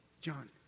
John